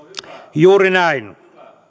juuri näin